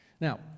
Now